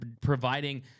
providing